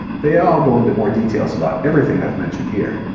they all go into more details about everything i've mentioned here.